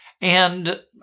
And-